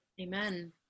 Amen